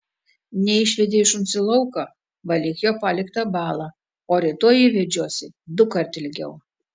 neišvedei šuns į lauką valyk jo paliktą balą o rytoj jį vedžiosi dukart ilgiau